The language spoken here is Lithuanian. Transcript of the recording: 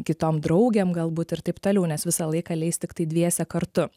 kitom draugėm galbūt ir taip toliau nes visą laiką leis tiktai dviese kartu